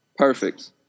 perfect